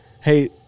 hey